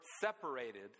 separated